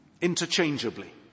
interchangeably